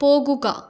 പോകുക